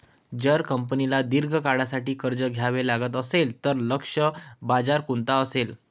जर कंपनीला दीर्घ काळासाठी कर्ज घ्यावे लागत असेल, तर लक्ष्य बाजार कोणता असेल?